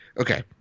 Okay